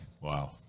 Wow